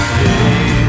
hey